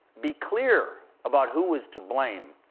be clear about who was to blame,